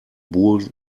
burj